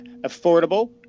affordable